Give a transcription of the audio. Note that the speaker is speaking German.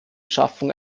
schaffung